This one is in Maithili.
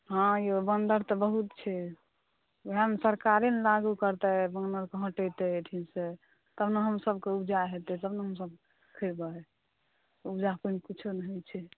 हँ यौ बन्दर तऽ बहुत छै एहन सरकारे ने लागु करतै वानरके हटेतै एहिठाम से कोना हम सभके उपजा हेतै कोना खेबै उपजा पानि किछो नहि होइ छै